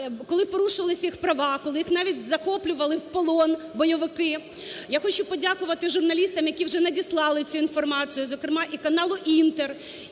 коли порушувалися їх права, коли їх навіть захоплювали в полон бойовики. Я хочу подякувати журналістам, які вже надіслали цю інформацію, зокрема і каналу "Інтер",